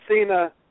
Cena